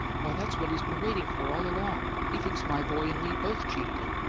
why, that's what he's been waiting for, all along! he thinks my boy and me both cheated him!